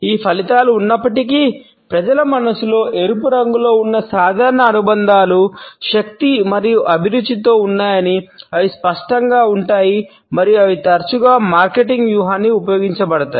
ఈ ఫలితాలు ఉన్నప్పటికీ ప్రజల మనస్సులో ఎరుపు రంగులో ఉన్న సాధారణ అనుబంధాలు శక్తి మరియు అభిరుచితో ఉన్నాయని అవి స్పష్టంగా ఉంటాయి మరియు అవి తరచుగా మార్కెటింగ్ వ్యూహంగా ఉపయోగించబడతాయి